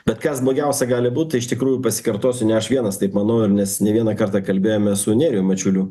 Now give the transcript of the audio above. bet kas blogiausia gali būt tai iš tikrųjų pasikartosiu ne aš vienas taip manau ir mes ne vieną kartą kalbėjomės su nerijum mačiuliu